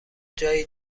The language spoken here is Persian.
جایی